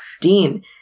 Dean